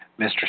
Mr